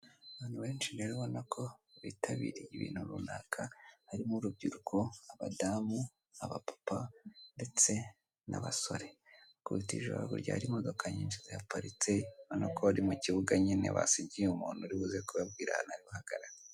Abantu benshi rero urabona ko bitabiriye ibintu runaka harimo urubyiruko, abadamu, abapapa n'abasore. kubitijo hari imodoka nyinshi zihaparitse urabona ko ari mu kibuga basigiye umuntu uri buze kubabwira ahantu ari buhagarare.